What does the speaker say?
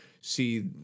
see